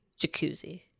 Jacuzzi